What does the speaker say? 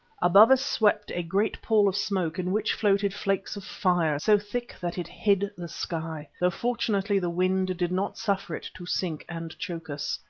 above us swept a great pall of smoke in which floated flakes of fire, so thick that it hid the sky, though fortunately the wind did not suffer it to sink and choke us.